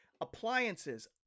Appliances